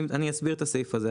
אני אסביר את הסעיף הזה,